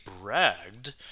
bragged